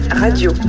radio